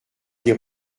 des